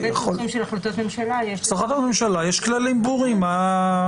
בהחלטת ממשלה יש כללים ברורים.